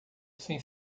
sem